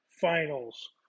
Finals